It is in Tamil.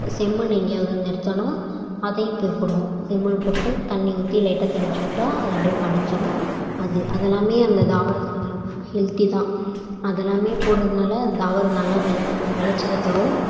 செம்மண் எங்கேயாவது இருந்து எடுத்தாலும் அதையும் போய் போடுவோம் செம்மண் போட்டு தண்ணி ஊற்றி லைட்டாக தெளிச்சு விட்டா அது அப்படியே படிஞ்சுடும் அது அது எல்லாமே அந்த தாவரத்துக்கான ஹெல்த்தி தான் அது எல்லாமே போடுறதுனால அந்த தாவரம் நல்ல வௌ வெளைச்சலை தரும்